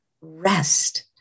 rest